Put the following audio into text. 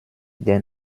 der